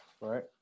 right